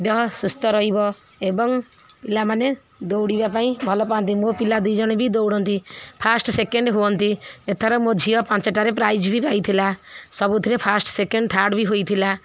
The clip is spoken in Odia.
ଦେହ ସୁସ୍ଥ ରହିବ ଏବଂ ପିଲାମାନେ ଦୌଡ଼ିବା ପାଇଁ ଭଲ ପାଆନ୍ତି ମୋ ପିଲା ଦୁଇ ଜଣ ବି ଦୌଡ଼ନ୍ତି ଫାର୍ଷ୍ଟ୍ ସେକେଣ୍ଡ୍ ହୁଅନ୍ତି ଏଥର ମୋ ଝିଅ ପାଞ୍ଚଟାରେ ପ୍ରାଇଜ୍ ବି ପାଇଥିଲା ସବୁଥିରେ ଫାର୍ଷ୍ଟ୍ ସେକେଣ୍ଡ୍ ଥାର୍ଡ଼ ବି ହୋଇଥିଲା